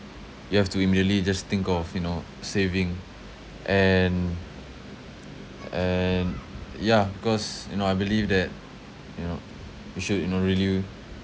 you have to immediately just think of you know saving and and yeah because you know I believe that you know you should you know really